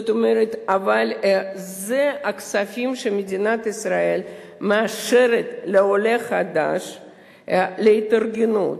אבל אלה הכספים שמדינת ישראל מאשרת לעולה חדש להתארגנות,